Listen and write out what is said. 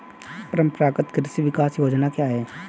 परंपरागत कृषि विकास योजना क्या है?